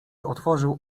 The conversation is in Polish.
otworzył